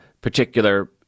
particular